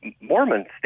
Mormons